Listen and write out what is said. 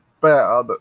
bad